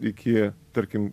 iki tarkim